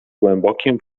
głębokim